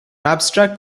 abstract